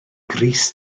grys